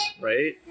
right